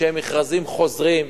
שהם מכרזים חוזרים.